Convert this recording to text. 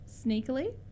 Sneakily